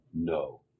no